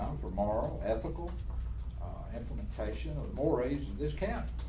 for moral, ethical implementational mores this camp.